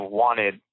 wanted